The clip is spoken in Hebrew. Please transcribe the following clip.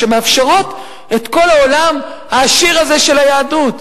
שמאפשרות את כל העולם העשיר הזה של היהדות.